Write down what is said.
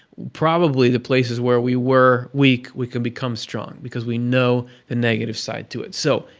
probably the places where we were weak we can become strong, because we know the negative side to it. so,